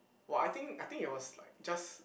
!wah! I think I think it was like just